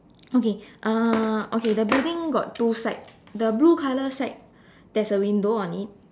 okay uh okay the building got two side the blue color side there's a window on it